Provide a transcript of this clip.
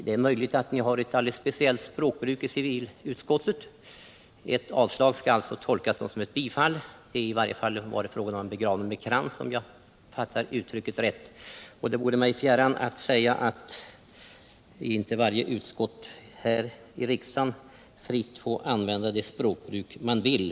Det är möjligt att ni har ett alldeles speciellt språkbruk i civilutskottet; avslag skall alitså tolkas som bifall eller i varje fall vara en begravning med krans, om jag får använda det uttrycket. Men det vore mig fjärran att säga att varje utskott här i riksdagen inte skall få tillämpa det språkbruk utskottet vill.